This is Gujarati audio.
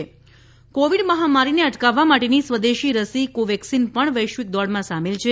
કોવેક્સિન કોવિડ મહામારીને અટકાવવા માટેની સ્વદેશી રસી કોવેક્સિન પણ વશ્વિક દોડમાં સામેલ છે